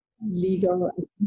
legal